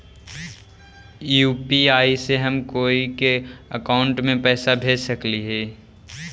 UPI से हम कोई के अकाउंट में पैसा भेज सकली ही?